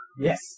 Yes